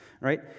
right